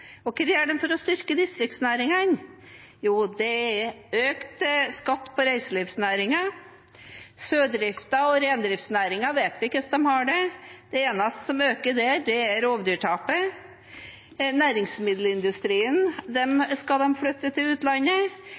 Hva gjør man for å styrke distriktsnæringene? Jo, det er økt skatt på reiselivsnæringen. Sjødriften og reindriftsnæringen vet vi hvordan har det. Det eneste som øker der, er rovdyrtapet. Næringsmiddelindustrien skal de flytte til utlandet.